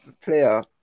player